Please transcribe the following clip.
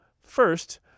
first